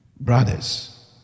Brothers